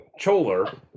Choler